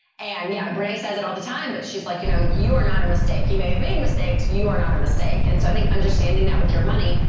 and yeah, bernay says it all the time, but she's like, you know, you are not a mistake. you may have made mistakes. you are not a mistake. and so i think understanding that with your money,